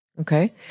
Okay